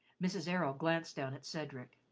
mrs. errol glanced down at cedric.